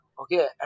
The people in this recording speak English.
Okay